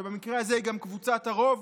שבמקרה הזה היא גם קבוצת הרוב,